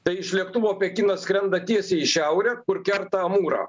tai iš lėktuvo pekino skrenda tiesiai į šiaurę kur kerta amūrą